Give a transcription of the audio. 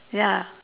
ya